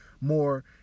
more